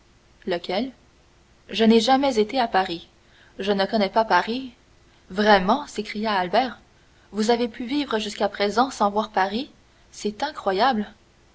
lequel je n'ai jamais été à paris je ne connais pas paris vraiment s'écria albert vous avez pu vivre jusqu'à présent sans voir paris c'est incroyable